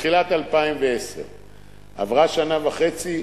מתחילת 2010. עברה שנה וחצי,